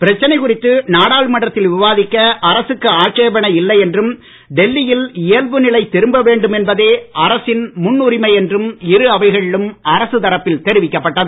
பிரச்சனை குறித்து நாடாளுமன்றத்தில் விவாதிக்க அரசுக்கு ஆட்சேபனை இல்லை என்றும் டெல்லியில் இயல்பு நிலை திரும்ப வேண்டும் என்பதே அரசின் முன் உரிமை என்றும் இரு அவைகளிலும் அரசு தரப்பில் தெரிவிக்கப்பட்டது